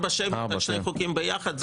4 שמיות על שני חוקים ביחד?